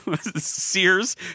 Sears